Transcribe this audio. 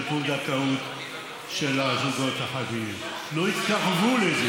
חלק מהאוכלוסייה, תדעי לכבד את זה.